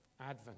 Advent